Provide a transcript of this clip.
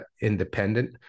independent